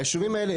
הישובים האלה,